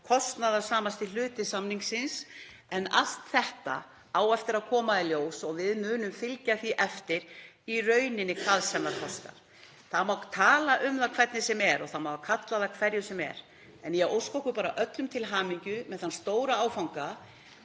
kostnaðarsamasti hluti samningsins. En allt á þetta eftir að koma í ljós og við munum fylgja því eftir, í rauninni hvað sem það kostar. Það má tala um það hvernig sem er og það má kalla það hvað sem er en ég óska okkur öllum til hamingju með þann stóra áfanga